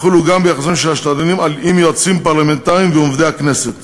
יחולו גם ביחסיהם של השדלנים עם יועצים פרלמנטריים ועובדי הכנסת,